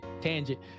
tangent